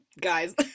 guys